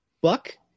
Buck